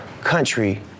country